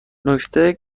نکته